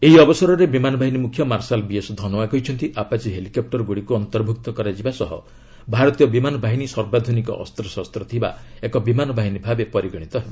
ଏହି ଅବସରରେ ବିମାନବାହିନୀ ମୁଖ୍ୟ ମାର୍ଶଲ ବିଏସ୍ ଧନୱା କହିଛନ୍ତି ଆପାଚି ହେଲିକପ୍ଟର ଗୁଡ଼ିକୁ ଅନ୍ତର୍ଭୁକ୍ତ କରାଯିବା ସହ ଭାରତୀୟ ବିମାନବାହିନୀ ସର୍ବାଧୁନିକ ଅସ୍ତ୍ରଶସ୍ତ ଥିବା ଏକ ବିମାନବାହିନୀ ଭାବେ ପରିଗଣିତ ହେବ